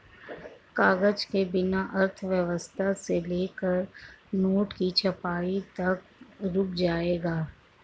कागज के बिना अर्थव्यवस्था से लेकर नोट की छपाई तक रुक जाएगा